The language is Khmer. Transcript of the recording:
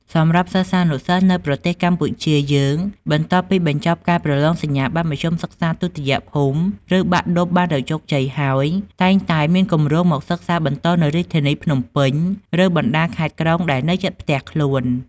សម្រាប់សិស្សានុសិស្សនៅប្រទេសកម្ពុជាយើងបន្ទាប់ពីបញ្ចប់ការប្រឡងសញ្ញាបត្រមធ្យមសិក្សាទុតិយភូមិ ឬបាក់ឌុបបានដោយជោគជ័យហើយតែងតែមានគម្រោងមកសិក្សាបន្តនៅរាជធានីភ្នំពេញ ឬបណ្តាខេត្តក្រុងដែលនៅជិតផ្ទះខ្លួន។